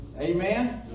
amen